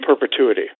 perpetuity